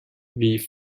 wie